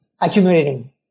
accumulating